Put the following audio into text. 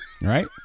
right